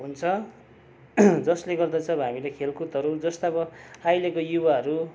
हुन्छ जसले गर्दा चाहिँ अब हामीले खेलकुदहरू जस्ता अब अहिलेको युवाहरू